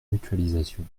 mutualisation